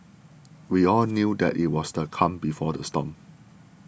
we all knew that it was the calm before the storm